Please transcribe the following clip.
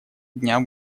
дня